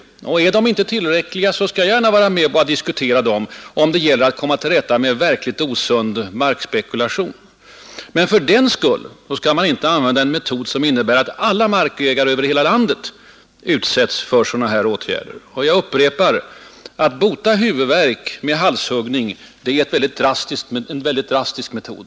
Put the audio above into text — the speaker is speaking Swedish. Är dessa möjligheter inte tillräckliga skall jag gärna vara med om att diskutera andra om det gäller att förhindra verkligt osund markspekulation. Men man skall inte tillgripa en metod som innebär att alla markägare över hela landet skall kunna utsättas för tvångsåtgärder. Jag upprepar: Att bota huvudvärk med halshuggning är en väldigt drastisk metod.